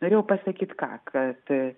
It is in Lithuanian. norėjau pasakyt ką kad